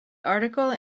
article